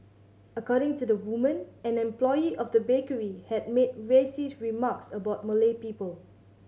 according to the woman an employee of the bakery had made racist remarks about Malay people